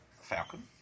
Falcon